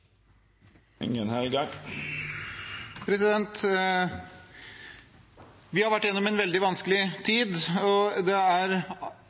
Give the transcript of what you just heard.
Vi har vært gjennom en veldig vanskelig tid, og det er